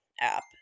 app